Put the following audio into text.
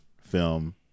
film